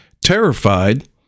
Terrified